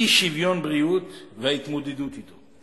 אי-שוויון בבריאות וההתמודדות אתו.